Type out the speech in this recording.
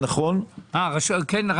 בבקשה.